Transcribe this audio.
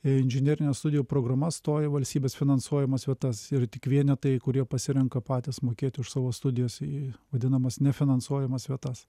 inžinerines studijų programas stoja į valstybės finansuojamas vietas ir tik vienetai kurie pasirenka patys mokėti už savo studijas į vadinamas nefinansuojamas vietas